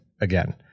again